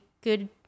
good